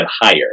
higher